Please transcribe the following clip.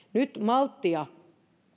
nyt malttia